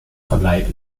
verbleib